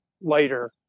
later